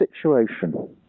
situation